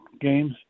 games